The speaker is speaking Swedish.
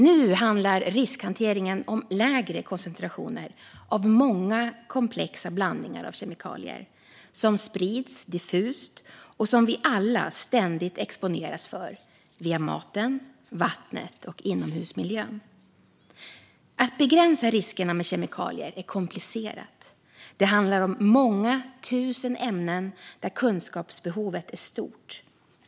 Nu handlar riskhanteringen om lägre koncentrationer av många komplexa blandningar av kemikalier som sprids diffust och som vi alla ständigt exponeras för via maten, vattnet och inomhusmiljön. Att begränsa riskerna med kemikalier är komplicerat. Det handlar om många tusen ämnen där kunskapsbehovet är stort.